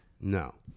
No